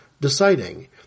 deciding